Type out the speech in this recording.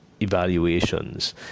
evaluations